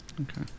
okay